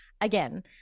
again